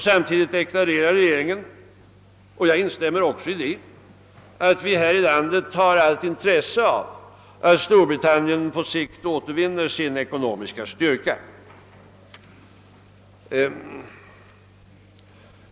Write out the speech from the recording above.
Samtidigt deklarerar regeringen — och jag instämmer också i det — att vi här i landet har allt intresse av att Storbritannien på sikt kommer att återvinna sin ekonomiska styrka.